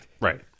right